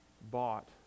bought